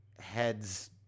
Heads